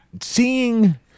seeing